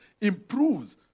improves